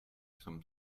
some